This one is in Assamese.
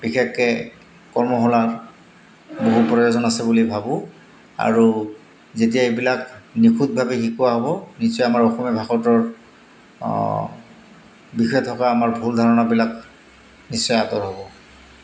বিশেষকৈ কৰ্মশালাৰ বহু প্ৰয়োজন আছে বুলি ভাবোঁ আৰু যেতিয়া এইবিলাক নিখুঁটভাৱে শিকোৱা হ'ব নিশ্চয় আমাৰ অসমীয়া ভাষাটোৰ বিষয়ে থকা আমাৰ ভুল ধাৰণাবিলাক নিশ্চয় আঁতৰ হ'ব